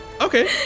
Okay